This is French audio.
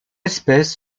espèce